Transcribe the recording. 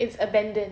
it's abandoned